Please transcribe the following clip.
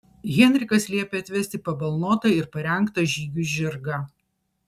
henrikas liepia atvesti pabalnotą ir parengtą žygiui žirgą